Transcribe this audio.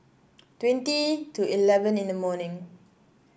twenty to eleven in the morning